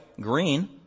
green